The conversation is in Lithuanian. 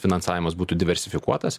finansavimas būtų diversifikuotas